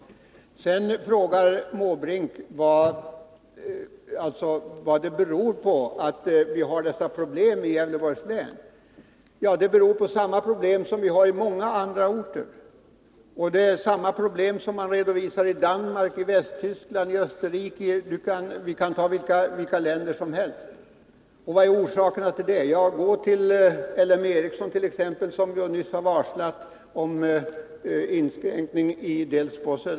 Sedan frågar herr Måbrink vad det beror på att vi har dessa problem i Gävleborgs län. Ja, det är samma problem som vi har i många andra orter, och det är samma problem som man redovisar i Danmark, i Västtyskland, i Österrike — vi kan ta vilka länder som helst. Vilka är orsakerna? Ja, gå till LM Ericsson t.ex., som nyss har varslat om inskränkningar i Delsbo och Söderhamn.